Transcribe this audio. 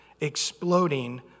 exploding